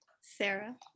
Sarah